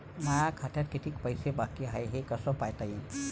माया खात्यात कितीक पैसे बाकी हाय हे कस पायता येईन?